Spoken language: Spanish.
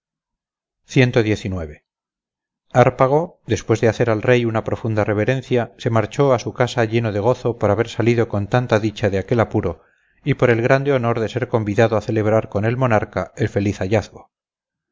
hárpago después de hacer al rey una profunda reverencia se marchó a su casa lleno de gozo por haber salido con tanta dicha de aquel apuro y por el grande honor de ser convidado a celebrar con el monarca el feliz hallazgo